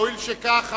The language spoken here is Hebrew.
הואיל וכך,